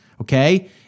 Okay